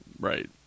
Right